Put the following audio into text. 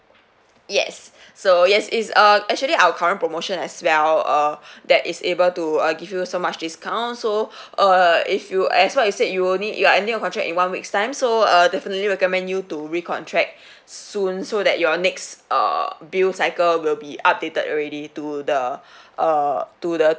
yes so yes it's uh actually our current promotion as well err that is able to uh give you so much discount so err if you as what you said you only you are ending your contract in one week's time so uh definitely recommend you to recontract soon so that your next err bill cycle will be updated already to the uh to the